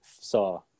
saw